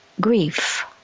Grief